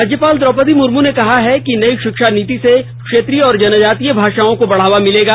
राज्यपाल द्रौपदी मुर्मू ने कहा है कि नई शिक्षा नीति से क्षेत्रीय और जनजातीय भाषाओं को बढ़ावा मिलेगा